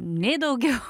nei daugiau